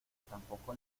tampoco